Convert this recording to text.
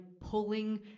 pulling